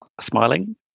smiling